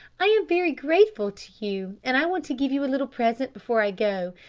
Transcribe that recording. i am very grateful to you and i want to give you a little present before i go.